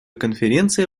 конференция